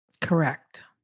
Correct